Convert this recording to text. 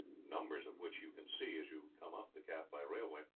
numbers of which you can see as you come up the ghaut by railway,